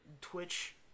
Twitch